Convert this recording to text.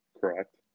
Correct